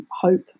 hope